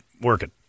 working